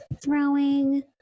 Throwing